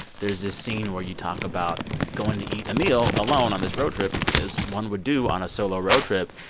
there's this scene where you talk about going to eat a meal alone on this road trip, as one would do on a solo road trip,